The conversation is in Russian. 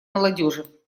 молодежи